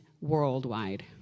worldwide